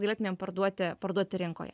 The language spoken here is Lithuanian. galėtumėm parduoti parduoti rinkoje